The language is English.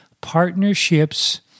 partnerships